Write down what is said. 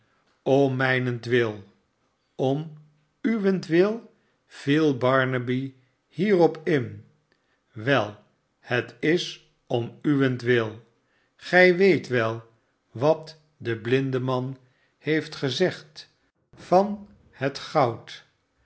om mijnentwil som uwentwil viel barnaby hierop in wel het is om uwentwil gij weet wel wat de blindeman heeft gezegd van het goud